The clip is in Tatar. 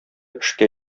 эшкә